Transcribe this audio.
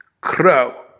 crow